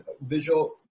visual